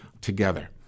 together